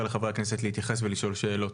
לחברי הכנסת להתייחס ולשאול שאלות.